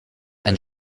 ein